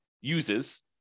uses